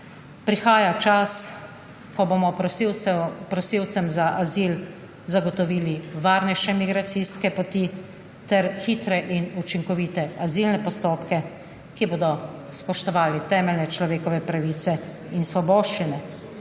prihaja čas, ko bomo prosilcem za azil zagotovili varnejše migracijske poti ter hitre in učinkovite azilne postopke, ki bodo spoštovali temeljne človekove pravice in svoboščine.